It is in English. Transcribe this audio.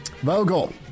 Vogel